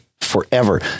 forever